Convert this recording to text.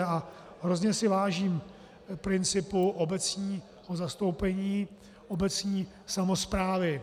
A hrozně si vážím principu obecního zastoupení, obecní samosprávy.